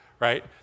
right